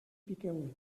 piqueu